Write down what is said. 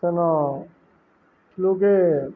ତେଣୁ ଲୋକେ